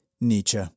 Nietzsche